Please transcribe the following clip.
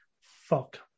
fuck